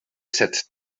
sat